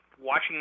watching